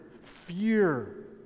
Fear